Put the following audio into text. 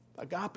Agape